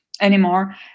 anymore